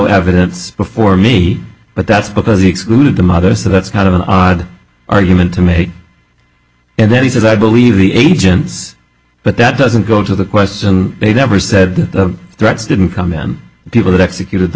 evidence before me but that's because he excluded the mother so that's kind of an odd argument to make and that is i believe the agents but that doesn't go to the question they never said the threats didn't come in people that executed the